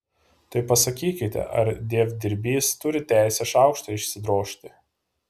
tai pasakykite ar dievdirbys turi teisę šaukštą išsidrožti